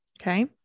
Okay